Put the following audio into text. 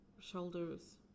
Shoulders